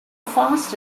fast